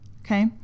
Okay